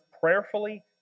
prayerfully